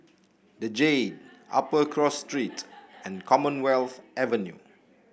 the Jade Upper Cross Street and Commonwealth Avenue